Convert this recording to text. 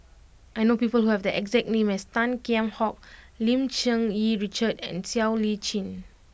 I know people who have the exact name as Tan Kheam Hock Lim Cherng Yih Richard and Siow Lee Chin